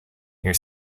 near